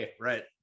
right